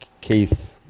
case